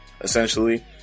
essentially